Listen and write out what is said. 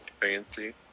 fancy